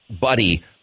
Buddy